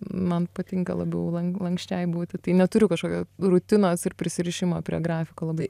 man patinka labiau lan lanksčiai būti tai neturiu kažkokio rutinos ir prisirišimo prie grafiko labai